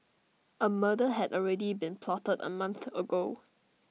A murder had already been plotted A month ago